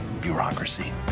bureaucracy